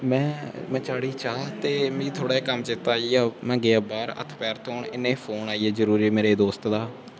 में चाढ़ी चाह् ते मिगी थोह्ड़ा कम्म चेता आई गेआ ते में गेआ बाह्र ते हत्थ पैर धोन ते इन्ने चिर च फोन आई गेआ जरूरी मेरे दोस्त दा